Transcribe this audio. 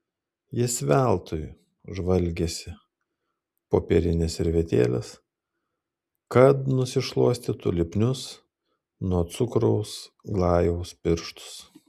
jis veltui žvalgėsi popierinės servetėlės kad nusišluostytų lipnius nuo cukraus glajaus pirštus